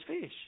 fish